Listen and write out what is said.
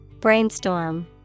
Brainstorm